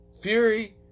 Fury